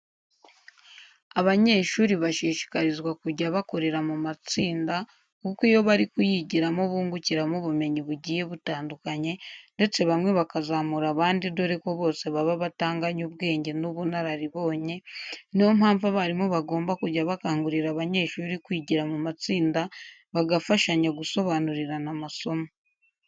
Abanyeshuri bashishikarizwa kujya bakorera mu matsinda kuko iyo bari kuyigiramo bungukiramo ubumenyi bugiye butandukanye ndetse bamwe bakazamura abandi dore ko bose baba batanganya ubwenge n'ubunararibonye, niyo mpamvu abarimu bagomba kujya bakangurira abanyeshuri kwigira mu matsinda bagafashanya gusobanurirana amasomo.